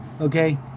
okay